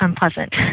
unpleasant